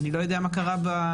אני לא יודע מה קרה בנידון.